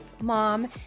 mom